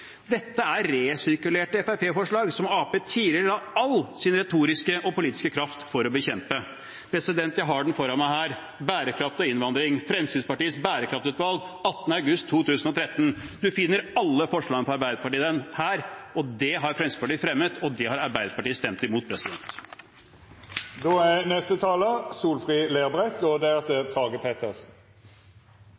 Dette er resirkulerte Fremskrittsparti-forslag, som Arbeiderpartiet tidligere la all sin retoriske og politiske kraft i å bekjempe. Jeg har dem foran meg her: «Bærekraftig innvandring. Fremskrittspartiets Bærekraftutvalg 18. august 2013» Man finner alle forslagene fra Arbeiderpartiet i den. Det har Fremskrittspartiet fremmet, og det har Arbeiderpartiet stemt imot. Regjeringa har i fire og